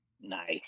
Nice